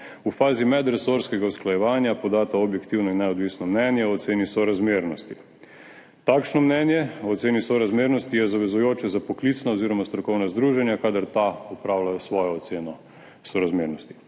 v fazi medresorskega usklajevanja podata objektivno in neodvisno mnenje o oceni sorazmernosti. Takšno mnenje o oceni sorazmernosti je zavezujoče za poklicna oziroma strokovna združenja, kadar ta opravljajo svojo oceno sorazmernosti.